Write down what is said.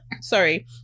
sorry